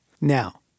Now